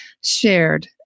shared